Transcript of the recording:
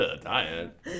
diet